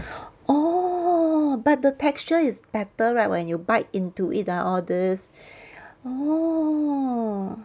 oh but the texture is better right when you bite into it ah all this orh